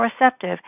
receptive